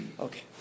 Okay